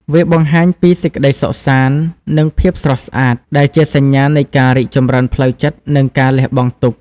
វាបង្ហាញពីសេចក្ដីសុខសាន្ត និងភាពស្រស់ស្អាត ដែលជាសញ្ញានៃការរីកចម្រើនផ្លូវចិត្ត និងការលះបង់ទុក្ខ។